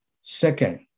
Second